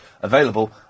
available